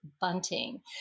Bunting